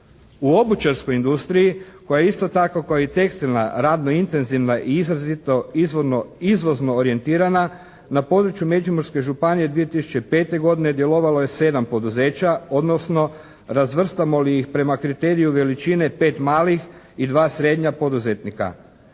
U obućarskoj industriji koja je isto tako kao i tekstilna radno-intenzivna i izrazito izvozno orijentirana na području Međimurske županije 2005. godine djelovalo je 7 poduzeća, odnosno razvrstamo li ih prema kriteriju veličine pet malih i dva srednja poduzetnika.